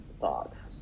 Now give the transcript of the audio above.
thoughts